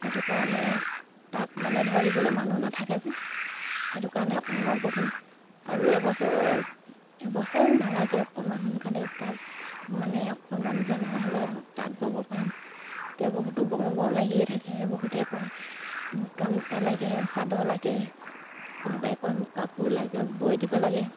সেইটো কাৰণে তাক মানে ধৰিবলে মানুহ নাথাকে যে সেইটো কাৰণে অকণমান ব'বলে আৰু এবছৰ এবছৰ নালাগে অকণমান সোনকালে তাক মানে অকণমান জনা হ'লে আৰু তাঁত ব'ব পাৰিম এতিয়া বহুতো বওঁ বওঁ লাগিয়ে থাকে বহুতে কয় মোক গামোচা লাগে চাদৰ লাগে কোনোবাই কয় মোক কাপোৰ লাগে বৈ দিব লাগে